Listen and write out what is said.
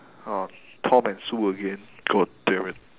oh tom and sue again god damn it